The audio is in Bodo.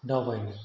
दावबायनो